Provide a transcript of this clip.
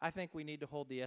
i think we need to hold the